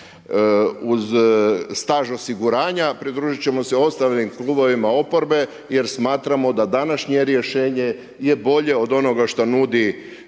uz staž osiguranja, pridružit ćemo se ostalim Klubovima oporbe, jer smatramo da današnje rješenje je bolje od onoga što nudi